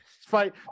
fight